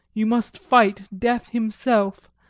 you must fight death himself,